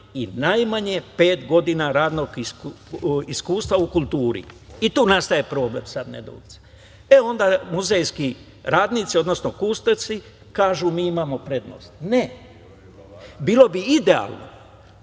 i najmanje pet godina radnog iskustva u kulturi. Tu nastaje problem. Onda muzejski radnici, odnosno kustosi, kažu - mi imamo prednost. Ne. Bilo bi idealno